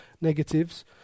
negatives